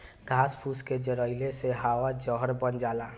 घास फूस के जरइले से हवा जहर बन जाला